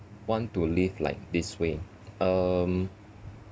want to live like this way um